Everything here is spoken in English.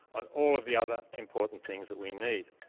on all of the other important things that we need.